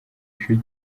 ishuri